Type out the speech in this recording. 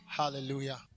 Hallelujah